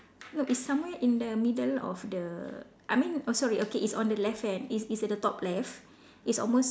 no it's somewhere in the middle of the I mean oh sorry okay it's on the left hand it's it's at the top left it's almost